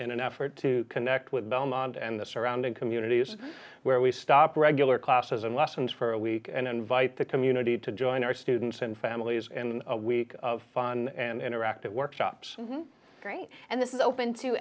in an effort to connect with belmont and the surrounding communities where we stop regular classes and lessons for a week and invite the community to join our students and families in a week of fun and interactive workshops are great and this is open to